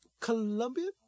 Colombian